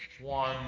one